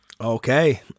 Okay